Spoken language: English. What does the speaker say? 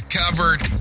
covered